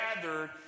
gathered